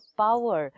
power